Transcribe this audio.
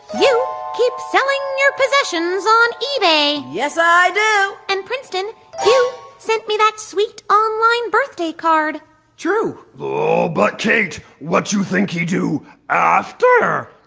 you keep selling your possessions on ebay. yes, i do. and princeton, you sent me that suite online birthday card true. but, kate, what you think you do after.